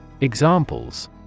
Examples